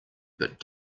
but